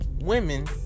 women